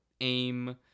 aim